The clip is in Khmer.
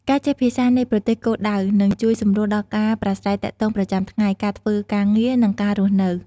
ការចេះភាសានៃប្រទេសគោលដៅនឹងជួយសម្រួលដល់ការប្រាស្រ័យទាក់ទងប្រចាំថ្ងៃ ការធ្វើការងារ និងការរស់នៅ។